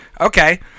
Okay